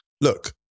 look